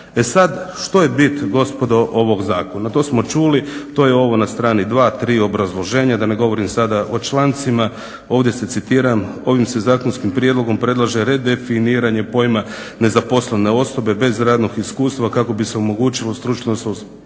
E sad što je bit gospodo ovog zakona. To smo čuli, to je ovo na strani 2, 3 obrazloženja, da ne govorim sada o člancima. Ovdje se citiram, ovim se zakonskim prijedlogom predlaže redefiniranje pojma nezaposlene osobe bez radnog iskustva kako bi se omogućilo stručno